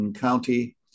County